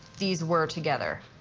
these were together.